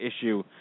issue